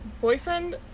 Boyfriend